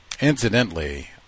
incidentally